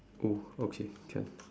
oh okay can